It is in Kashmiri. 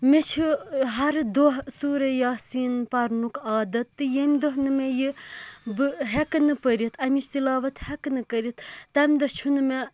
مےٚ چھُ ہَر دۄہ سورہ یاسیٖن پَرنُک عادَت تہٕ ییٚمہِ دوہ نہٕ مےٚ یہِ بہٕ ہیٚکہٕ نہٕ پٔرِتھ اَمِچ تِلاوَت ہیٚکہٕ نہٕ کٔرِتھ تَمہِ دۄہ چھُنہٕ مےٚ